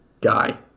guy